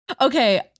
okay